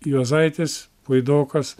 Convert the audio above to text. juozaitis puidokas